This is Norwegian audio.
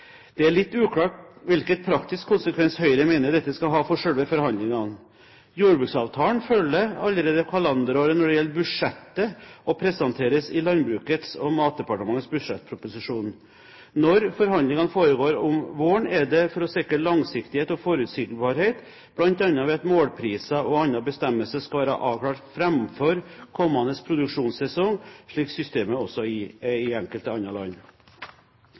Det er litt uklart hvilken praktisk konsekvens Høyre mener dette skal ha for selve forhandlingene. Jordbruksavtalen følger allerede kalenderåret når det gjelder budsjettet, og presenteres i Landbruks- og matdepartementets budsjettproposisjon. Når forhandlingene foregår om våren, er det for å sikre langsiktighet og forutsigbarhet, bl.a. ved at målpriser og andre bestemmelser skal være avklart foran kommende produksjonssesong, slik systemet også er i enkelte andre land.